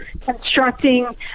constructing